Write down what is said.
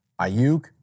Ayuk